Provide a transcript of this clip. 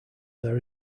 there